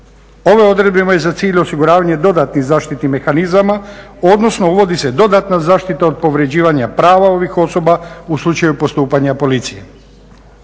Ove odredbe imaju za cilj osiguravanje dodatnih zaštitnih mehanizama odnosno uvodi se dodatna zaštita od povređivanja prava ovih osoba u slučaju postupanja policije.